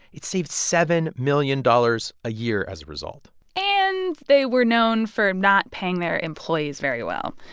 it saved seven million dollars a year as a result and they were known for not paying their employees very well.